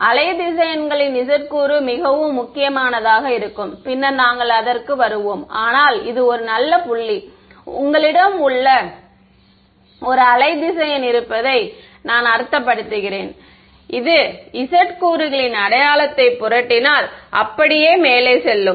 wave vector களின் z கூறு மிகவும் முக்கியமானதாக இருக்கும் பின்னர் நாங்கள் அதற்கு வருவோம் ஆனால் இது ஒரு நல்ல புள்ளி உங்களிடம் ஒரு வேவ் வெக்டர் இருப்பதை நான் அர்த்தப்படுத்துகிறேன் இது z கூறுகளின் அடையாளத்தை புரட்டினால் அது அப்படியே மேலே செல்லும்